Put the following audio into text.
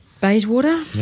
Bayswater